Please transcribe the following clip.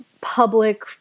public